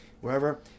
wherever